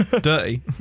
dirty